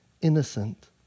innocent